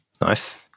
Nice